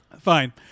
Fine